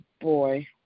boy